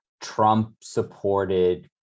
Trump-supported